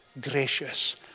gracious